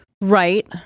Right